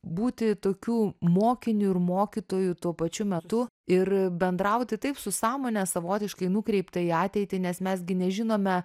būti tokiu mokiniu ir mokytoju tuo pačiu metu ir bendrauti taip su sąmone savotiškai nukreipta į ateitį nes mes gi nežinome